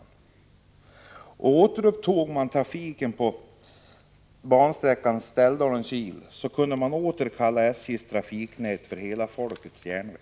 Om man återupptog trafiken på bansträckan Ställdalen-Kil, skulle man åter kunna kalla SJ:s trafiknät för hela folkets järnväg.